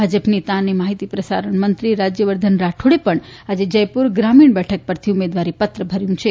ભાજપ નેતા અને માહીતી પ્રસારણમંત્રી રાજયવર્ધન રાઠોડે પણ આજે જયપુર ગ્રામીણ બેઠક પરથી ઉમેદવારીપત્ર ભર્યુ છે